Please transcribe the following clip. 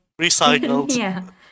recycled